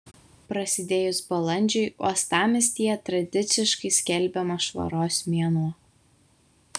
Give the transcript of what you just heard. prasidėjus balandžiui uostamiestyje tradiciškai skelbiamas švaros mėnuo